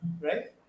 Right